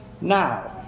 now